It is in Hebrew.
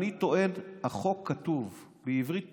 אני טוען: החוק כתוב בעברית פשוטה.